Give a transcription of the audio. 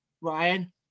Ryan